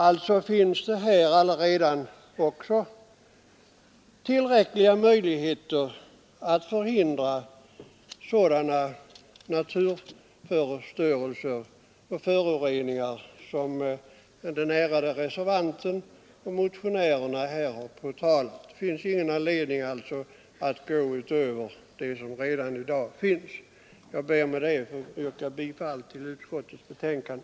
Alltså finns det här allaredan tillräckliga möjligheter att förhindra sådana naturförstörelser och föroreningar som den ärade reservanten och motionärerna här påtalat. Det finns således ingen anledning att meddela föreskrifter utöver dem som i dag gäller, och jag ber med det att få yrka bifall till utskottets betänkande.